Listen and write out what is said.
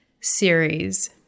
series